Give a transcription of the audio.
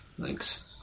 Thanks